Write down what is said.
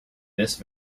this